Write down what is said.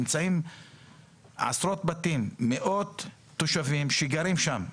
נמצאים שם עשרות בתים ומאות תושבים שגרים שם,